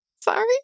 Sorry